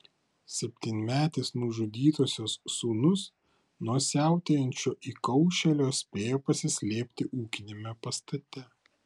septynmetis nužudytosios sūnus nuo siautėjančio įkaušėlio spėjo pasislėpti ūkiniame pastate